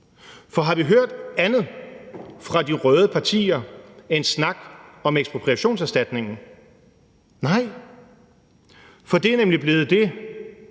For har vi hørt andet fra de røde partier end snak om ekspropriationserstatningen? Nej, for det er nemlig blevet det